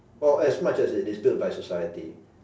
or as much as it is built by society